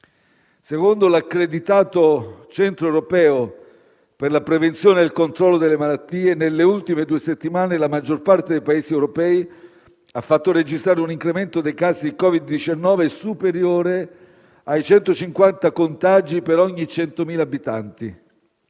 Secondo l'accreditato Centro europeo per la prevenzione e il controllo delle malattie, nelle ultime due settimane la maggior parte dei Paesi europei ha fatto registrare un incremento dei casi di Covid-19 superiore ai 150 contagi per ogni 100.000 abitanti.